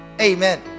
Amen